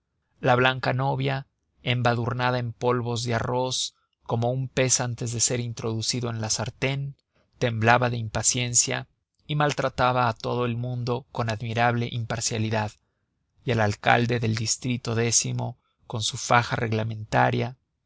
la blanca novia embadurnada en polvos de arroz como un pez antes de ser introducido en la sartén temblaba de impaciencia y maltrataba a todo el mundo con admirable imparcialidad y el alcalde del distrito décimo con su faja reglamentaria